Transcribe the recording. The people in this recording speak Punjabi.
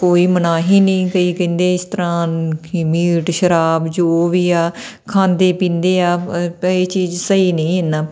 ਕੋਈ ਮਨਾਹੀ ਨਹੀਂ ਕਈ ਕਹਿੰਦੇ ਇਸ ਤਰ੍ਹਾਂ ਕਿ ਮੀਟ ਸ਼ਰਾਬ ਜੋ ਵੀ ਆ ਖਾਂਦੇ ਪੀਂਦੇ ਆ ਪਈ ਚੀਜ਼ ਸਹੀ ਨਹੀਂ ਇੰਨਾ